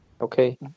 Okay